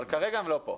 כרגע הם לא כאן.